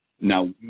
Now